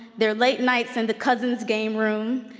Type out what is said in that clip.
their late nights in the cousin's game room,